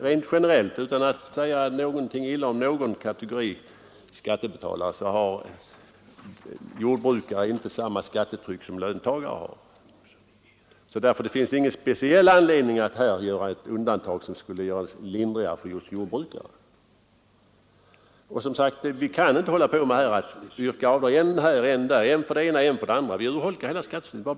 Rent generellt, utan att tala illa om någon kategori skattebetalare, menar jag att jordbrukare inte har samma skattetryck som löntagare har. Därför finns det ingen speciell anledning att införa ett undantag som skulle göra det lindrigare för just jordbrukare. Vi kan inte hålla på och yrka avdrag än för det ena, än för det andra. Då urholkar vi hela skattesystemet.